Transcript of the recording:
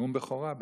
נאום בכורה בעצם.